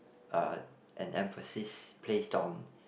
uh an emphasis placed on